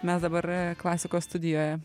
mes dabar klasikos studijoje